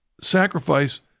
sacrifice